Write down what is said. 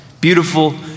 beautiful